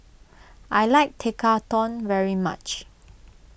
I like Tekkadon very much